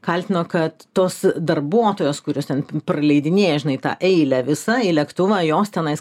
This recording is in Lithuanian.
kaltino kad tos darbuotojos kurios ten praleidinėja žinai tą eilę visą į lėktuvą jos tenais